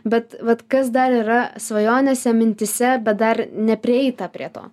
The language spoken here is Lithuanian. bet vat kas dar yra svajonėse mintyse bet dar neprieita prie to